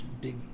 big